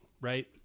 right